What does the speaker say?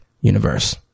universe